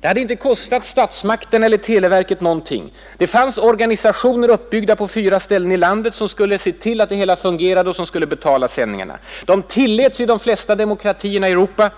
Det hade inte kostat statsmakterna eller televerket någonting. Det fanns organisationer uppbyggda på fyra ställen i landet som skulle se till att det hela fungerade och som skulle betala sändningarna. Överföringen tilläts i de flesta demokratier i Europa,